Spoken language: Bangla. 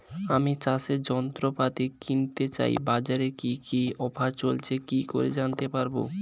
আমি চাষের যন্ত্রপাতি কিনতে চাই বাজারে কি কি অফার চলছে কি করে জানতে পারবো?